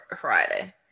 friday